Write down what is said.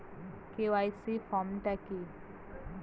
KYC form টা কি?